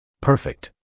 Perfect